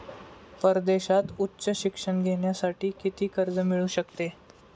परदेशात उच्च शिक्षण घेण्यासाठी किती कर्ज मिळू शकते?